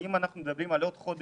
אם אנחנו מדברים על סגר של עוד חודש,